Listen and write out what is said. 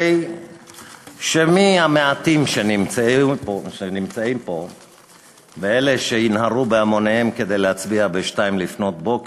בשביל מי מהמעטים שנמצאים פה ואלה שינהרו בהמוניהם כדי להצביע ב-02:00,